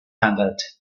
handelt